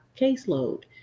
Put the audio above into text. caseload